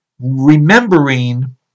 remembering